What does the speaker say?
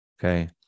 Okay